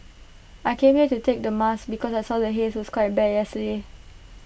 I came here to take the mask because I saw the haze was quite bad yesterday